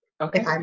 Okay